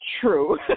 true